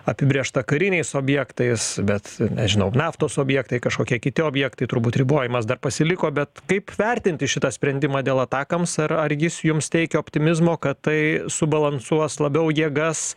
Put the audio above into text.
apibrėžta kariniais objektais bet nežinau naftos objektai kažkokie kiti objektai turbūt ribojimas dar pasiliko bet kaip vertinti šitą sprendimą dėl atakams ar ar jis jums teikia optimizmo kad tai subalansuos labiau jėgas